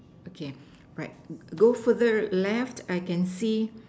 okay right go further left I can see